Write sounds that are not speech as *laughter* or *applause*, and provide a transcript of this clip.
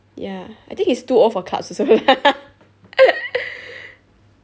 ya I think he's too old for clubs also lah *laughs*